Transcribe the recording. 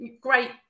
great